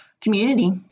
community